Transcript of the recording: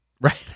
right